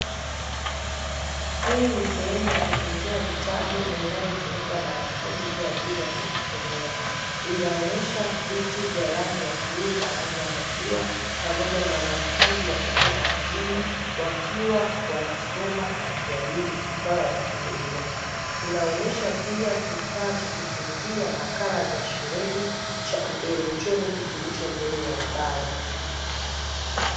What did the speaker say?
Hii ni sehemu ya kutunzia vitabu na inayotumika na wanafunzi kwa ajili ya kujisomea. Inaonesha viti vya rangi ya bluu na rangi ya maziwa, pamoja na wanafunzi wa kike na wa kiume wakiwa wanasoma na kujadili maswala ya kielimu. Inaonesha pia kifaa cha kutunzia nakala za shuleni, cha kielektroniki kilicho mbele ya ubao.